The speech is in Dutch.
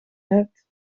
hebt